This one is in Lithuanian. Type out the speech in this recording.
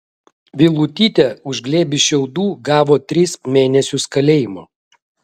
vilutytė už glėbį šiaudų gavo tris mėnesius kalėjimo